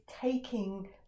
taking